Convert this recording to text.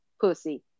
pussy